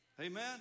Amen